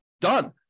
Done